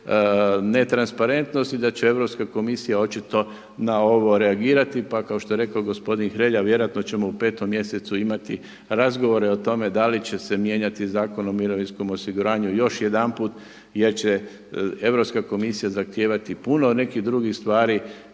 netransparentnost i da će Europska komisija očito na ovo reagirati. Pa kao što je rekao gospodin Hrelja vjerojatno ćemo u petom mjesecu imati razgovore o tome da li će se mijenjati Zakon o mirovinskom osiguranju još jedanput jer će Europska komisija zahtijevati puno nekih drugih stvari